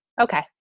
Okay